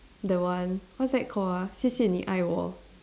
the one what's that called ah 谢谢你爱我